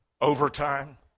overtime